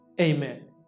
amen